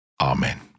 Amen